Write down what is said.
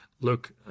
look